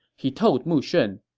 he told mu shun,